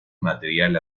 material